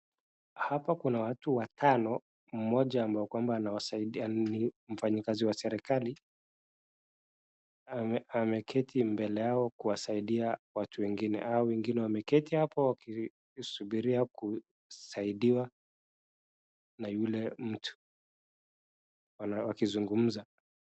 Hapa kuna watu watano, mmoja anawasaidia ni mfanyikazi wa serikali, ameketi mbele yao kuwa saidia watu wengine hao wengine wameketi hapo wakisubiria kusaidiwa na yule mtu wakizungumza.